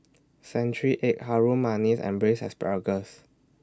Century Egg Harum Manis and Braised Asparagus